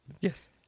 yes